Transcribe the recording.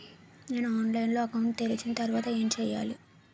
నేను ఆన్లైన్ లో అకౌంట్ తెరిచిన తర్వాత ఏం చేయాలి?